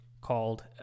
called